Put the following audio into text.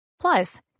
Plus